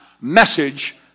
message